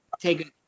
take